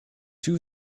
two